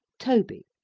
toby.